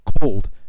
cold